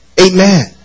Amen